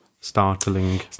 startling